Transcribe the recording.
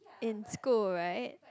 in school right